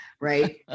right